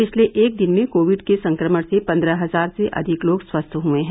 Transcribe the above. पिछले एक दिन में कोविड के संक्रमण से पन्द्रह हजार से अधिक लोग स्वस्थ हए हैं